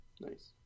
nice